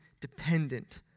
dependent